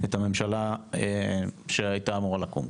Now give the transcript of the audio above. את הממשלה שהייתה אמורה לקום.